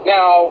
Now